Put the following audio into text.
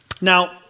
Now